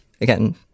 again